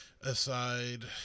aside